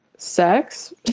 sex